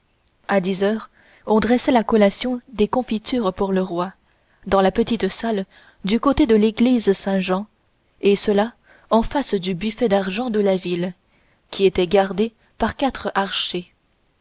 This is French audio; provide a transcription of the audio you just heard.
à dix heures on dressa la collation des confitures pour le roi dans la petite salle du côté de l'église saint-jean et cela en face du buffet d'argent de la ville qui était gardé par quatre archers